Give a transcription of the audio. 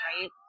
right